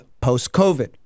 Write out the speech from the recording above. post-COVID